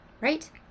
Right